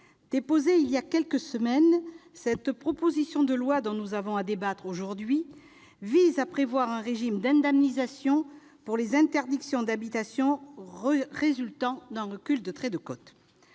déposée il y a quelques semaines, cette proposition de loi dont nous avons à débattre aujourd'hui vise à prévoir un régime d'indemnisation pour les interdictions d'habitation résultant d'un recul du trait de côte.